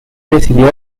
decidió